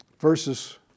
versus